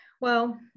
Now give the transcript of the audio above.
well-